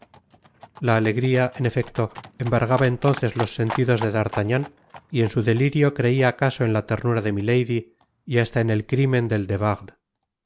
la alegria en efecto embargaba entonces los sentidos de d'artagnan y en su delirio creia acaso en la ternura de milady y hasta en el crimen del de